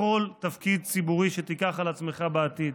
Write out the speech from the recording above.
בכל תפקיד ציבורי שתיקח על עצמך בעתיד.